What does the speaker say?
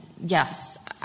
yes